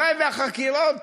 הלוואי שהחקירות